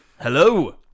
hello